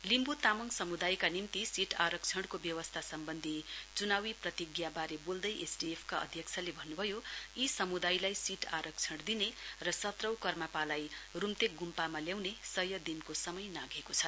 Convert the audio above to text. लिम्बु तामाङ समुदायका निम्ति सीट आरक्षणको व्यवस्था सम्बन्धी चुनावी प्रतिज्ञाबारे बोल्दै एसडीएफ का अध्यक्षले यी समुदायलाई सीट आरक्षण दिने र सत्रौं कर्मापालाई रुप्तेक गुम्पामा ल्याउने सय दिनको समय नाघेको छ